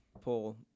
pull